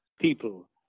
people